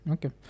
Okay